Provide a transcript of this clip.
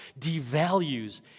devalues